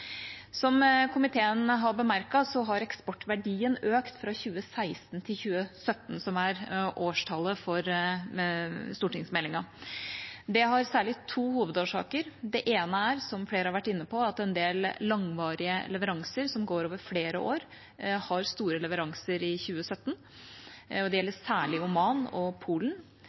Som komiteen har bemerket, har eksportverdien økt fra 2016 til 2017, som er årstallet for stortingsmeldinga. Det har særlig to hovedårsaker. Den ene er, som flere har vært inne på, at en del langvarige leveranser som går over flere år, har store leveranser i 2017, og det gjelder særlig Oman og Polen.